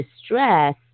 distress